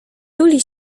tuli